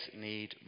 need